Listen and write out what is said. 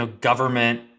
government